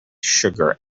sugar